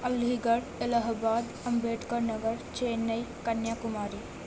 Ali Garh Allahabad Ambedkar Nagar Chennai Kanya Kumari